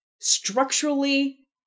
structurally